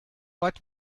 but